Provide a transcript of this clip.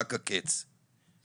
רק הקץ,